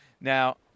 Now